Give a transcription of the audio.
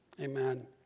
amen